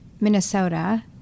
Minnesota